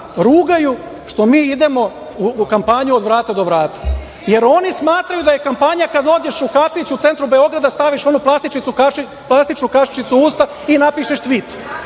rugaju što mi idemo u kampanju od vrata do vrata, jer oni smatraju da je kampanja kad dođeš u kafić u centru Beograda, staviš onu plastičnu kašičicu u usta i napišeš tvit,